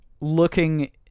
looking